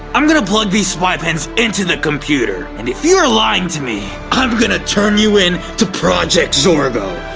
i'm gonna plug these spy pens into the computer, and if you are lying to me, i'm gonna turn you in to project zorgo.